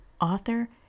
author